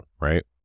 right